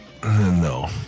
no